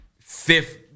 fifth